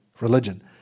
religion